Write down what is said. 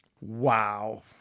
wow